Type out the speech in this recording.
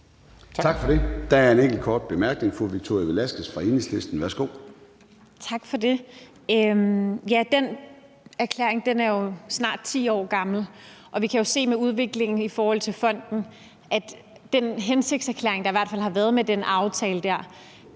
Tak for det. Der er en enkelt kort bemærkning. Fru Victoria Velasquez fra Enhedslisten. Værsgo. Kl. 13:13 Victoria Velasquez (EL): Tak for det. Ja, den erklæring er jo snart 10 år gammel, og vi kan jo se med udviklingen i forhold til fonden, at den hensigtserklæring, der er i hvert fald har været med den aftale der,